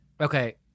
okay